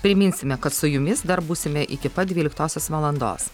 priminsime kad su jumis dar būsime iki pat dvyliktosios valandos